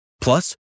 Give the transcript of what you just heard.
Plus